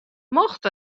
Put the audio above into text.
mocht